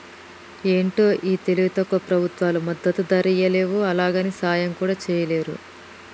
ఏంటో ఈ తెలివి తక్కువ ప్రభుత్వాలు మద్దతు ధరియ్యలేవు, అలాగని సాయం కూడా చెయ్యలేరు